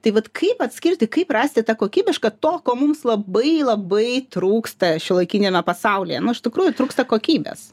tai vat kaip atskirti kaip rasti tą kokybišką to ko mums labai labai trūksta šiuolaikiniame pasaulyje iš tikrųjų trūksta kokybės